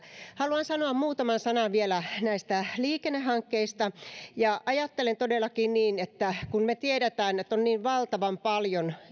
haluan sanoa vielä muutaman sanan näistä liikennehankkeista ajattelen todellakin niin että kun me tiedämme että on niin valtavan paljon